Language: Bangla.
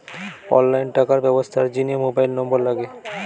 অনলাইন টাকার ব্যবস্থার জিনে মোবাইল নম্বর লাগে